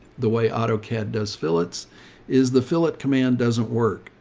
the way autocad does fillets is the philip command doesn't work.